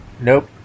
nope